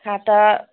खाता